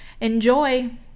enjoy